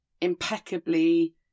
impeccably